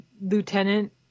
lieutenant